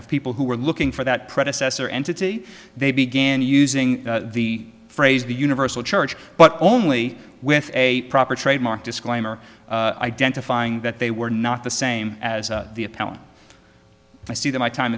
of people who were looking for that predecessor entity they began using the phrase the universal church but only with a proper trademark disclaimer identifying that they were not the same as the appellant i see that my time